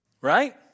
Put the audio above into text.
Right